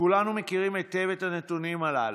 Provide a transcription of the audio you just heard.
כולנו מכירים היטב את הנתונים הללו.